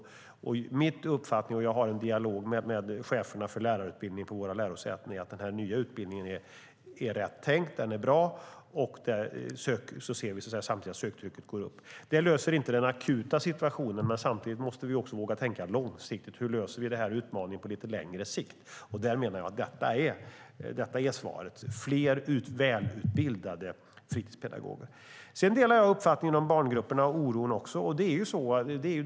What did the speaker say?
Jag har en dialog med cheferna för lärarutbildningen på våra lärosäten, och min uppfattning är att den nya utbildningen är rätt tänkt och att den är bra. Vi ser att söktrycket går upp. Detta löser inte den akuta situationen, men vi måste samtidigt våga tänka långsiktigt - hur löser vi utmaningen på längre sikt? Där menar jag att svaret är fler välutbildade fritidspedagoger. Jag delar uppfattningen om barngrupperna och oron där.